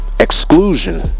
Exclusion